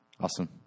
Awesome